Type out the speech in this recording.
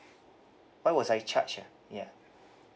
why was I charged ah ya